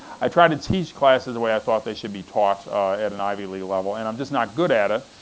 i try to teach classes the way i thought they should be taught at an ivy league level, and i'm just not good at it.